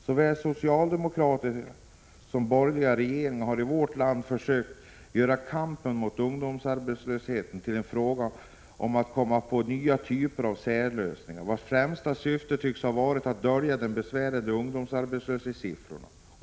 Såväl socialdemokratiska som borgerliga regeringar har i vårt land försökt göra kampen mot ungdomsarbetslösheten till en fråga om att komma på nya typer av särlösningar, vilkas främsta syfte tycks ha varit att dölja de besvärande ungdomsarbetslöshetssiffrorna.